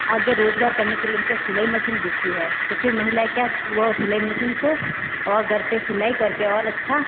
आगे रोज़गार करने के लिए उनको सिलाई मसीन देती है तो फिर महिलाएँ क्या वो सिलाई मसीन से और घर पर सिलाई कर के और अच्छा